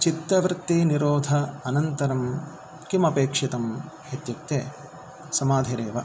चित्तवृत्तिनिरोध अनन्तरं किमपेक्षितम् इत्युक्ते समाधिरेव